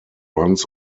runs